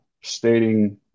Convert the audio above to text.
stating